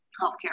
healthcare